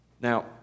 Now